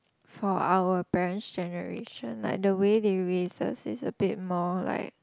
for our parents' generation like the way they raise us is a bit more like